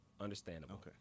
Understandable